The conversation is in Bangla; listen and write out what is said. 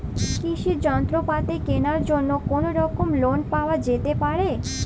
কৃষিযন্ত্রপাতি কেনার জন্য কোনোরকম লোন পাওয়া যেতে পারে?